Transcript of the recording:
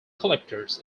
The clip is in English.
collectors